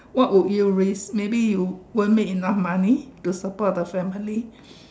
what would you risk maybe you won't make enough money to support your family